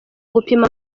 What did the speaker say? gupima